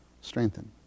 strengthened